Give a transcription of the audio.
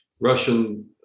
Russian